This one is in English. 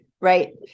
right